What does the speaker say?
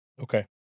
Okay